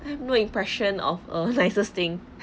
no impression of a nicest thing